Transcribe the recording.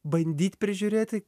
bandyt prižiūrėti